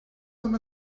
them